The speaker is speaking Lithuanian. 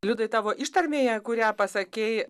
liudai tavo ištarmėje kurią pasakei